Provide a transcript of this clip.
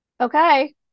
Okay